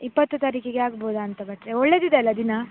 ಇಪ್ಪತ್ತು ತಾರೀಕಿಗೆ ಆಗ್ಬೌದಾ ಅಂತ ಭಟ್ಟರೇ ಒಳ್ಳೆಯದಿದೆ ಅಲ್ವ ದಿನ